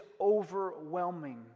overwhelming